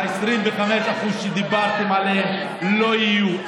ה-25% שדיברתם עליהם לא יהיו.